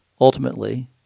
Ultimately